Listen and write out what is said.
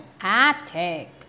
attic